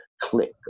click